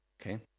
Okay